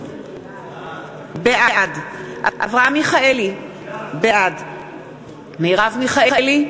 בעד אברהם מיכאלי, בעד מרב מיכאלי,